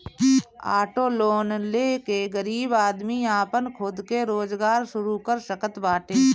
auto loan ले के गरीब आदमी आपन खुद के रोजगार शुरू कर सकत बाटे